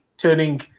turning